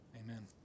Amen